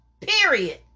Period